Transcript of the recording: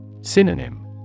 Synonym